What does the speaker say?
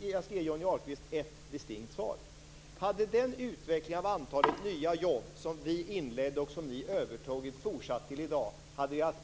Jag skall ge Johnny Ahlqvist ett distinkt svar. Hade den utveckling av antalet nya jobb som vi inledde och som ni övertagit fortsatt till i dag hade vi haft